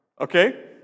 okay